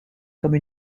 comme